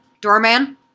doorman